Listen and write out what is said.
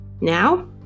Now